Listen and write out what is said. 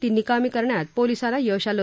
ती निकामी करण्यात पोलिसांना यश आलं